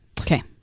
Okay